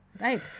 Right